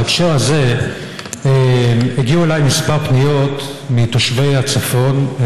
בהקשר הזה הגיעו אליי כמה פניות מתושבי הצפון,